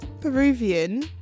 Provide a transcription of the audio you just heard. Peruvian